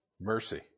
Mercy